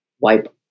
wipe